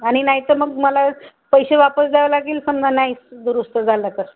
आणि नाही तर मग मला पैसे वापस द्यावं लागेल पण मग नाहीच दुरुस्त झाला तर